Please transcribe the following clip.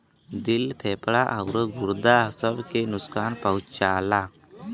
दिल फेफड़ा आउर गुर्दा सब के नुकसान पहुंचाएला